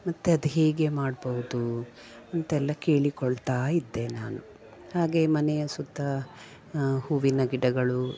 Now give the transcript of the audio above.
ಮತ್ತು ಅದು ಹೇಗೆ ಮಾಡ್ಬೌದು ಅಂತೆಲ್ಲ ಕೇಳಿಕೊಳ್ತಾ ಇದ್ದೆ ನಾನು ಹಾಗೆ ಮನೆಯ ಸುತ್ತ ಹೂವಿನ ಗಿಡಗಳು